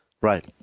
Right